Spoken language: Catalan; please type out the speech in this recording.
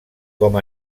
com